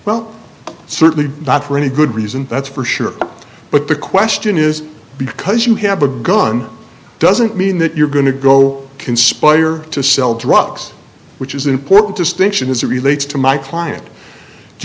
well certainly not for any good reason that's for sure but the question is because you have a gun doesn't mean that you're going to go conspire to sell drugs which is an important distinction as relates to my client do